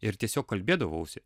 ir tiesiog kalbėdavausi